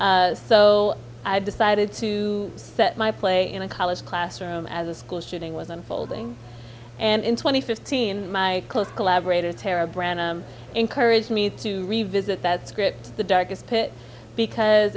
so i decided to set my play in a college classroom as a school shooting was unfolding and in twenty fifteen my close collaborator tara brand encouraged me to revisit that script the darkest pit because